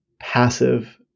passive